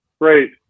Great